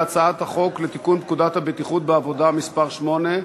להצעת החוק לתיקון פקודת הבטיחות בעבודה (מס' 8),